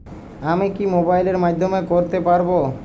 আমি কি মোবাইলের মাধ্যমে করতে পারব?